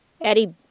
Eddie